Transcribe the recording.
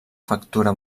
factura